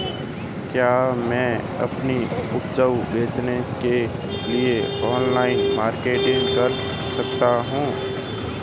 क्या मैं अपनी उपज बेचने के लिए ऑनलाइन मार्केटिंग कर सकता हूँ?